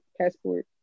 passport